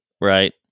right